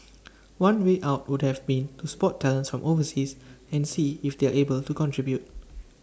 one way out would have been to spot talents from overseas and see if they're able to contribute